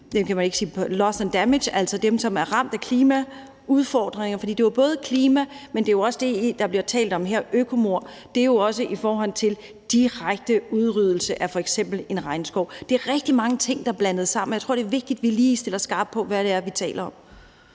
det, der hedder loss and damages, ramt af klimaudfordringer. Det er jo både klima, men det er også det, der bliver talt om her, nemlig økomord. Det er jo også i forhold til direkte udryddelse af f.eks. en regnskov. Det er rigtig mange ting, der er blandet sammen, og jeg tror, det er vigtigt, at vi lige stiller skarpt på, hvad vi taler om.